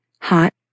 Hot